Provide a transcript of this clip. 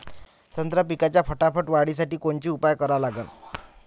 संत्रा पिकाच्या फटाफट वाढीसाठी कोनचे उपाव करा लागन?